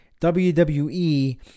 WWE